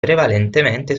prevalentemente